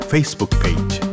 Facebook-Page